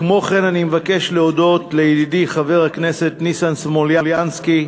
כמו כן אני מבקש להודות לידידי חבר הכנסת ניסן סלומינסקי,